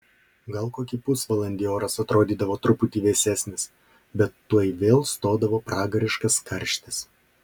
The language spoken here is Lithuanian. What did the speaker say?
gal kokį pusvalandį oras atrodydavo truputį vėsesnis bet tuoj vėl stodavo pragariškas karštis